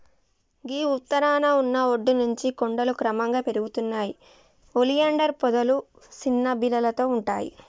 గీ ఉత్తరాన ఉన్న ఒడ్డు నుంచి కొండలు క్రమంగా పెరుగుతాయి ఒలియాండర్ పొదలు సిన్న బీలతో ఉంటాయి